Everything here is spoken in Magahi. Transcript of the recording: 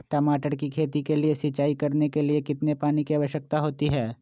टमाटर की खेती के लिए सिंचाई करने के लिए कितने पानी की आवश्यकता होती है?